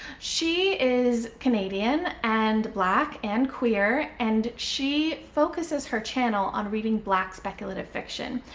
she is canadian, and black, and queer, and she focuses her channel on reading black speculative fiction,